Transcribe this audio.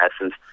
essence